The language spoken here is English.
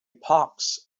pox